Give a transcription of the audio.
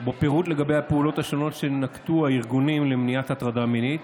ובו פירוט לגבי הפעולות השונות שנקטו הארגונים למניעת הטרדה מינית,